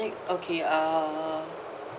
next okay uh